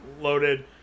Loaded